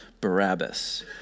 Barabbas